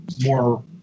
more